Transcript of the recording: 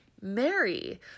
Mary